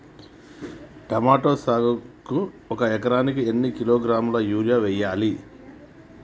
Tomato సాగుకు ఒక ఎకరానికి ఎన్ని కిలోగ్రాముల యూరియా వెయ్యాలి?